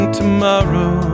tomorrow